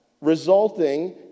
resulting